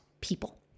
people